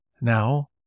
Now